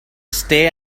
stay